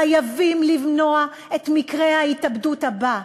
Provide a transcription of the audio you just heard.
חייבים למנוע את מקרה ההתאבדות הבא.